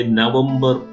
November